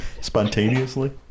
spontaneously